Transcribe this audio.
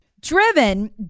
Driven